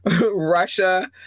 Russia